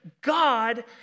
God